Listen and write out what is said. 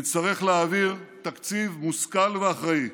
נצטרך להעביר תקציב מושכל ואחראי.